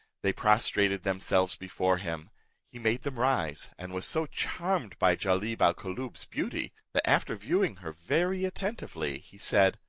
they prostrated themselves before him he made them rise and was so charmed by jalib al koolloob's beauty, that, after viewing her very attentively, he said,